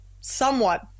somewhat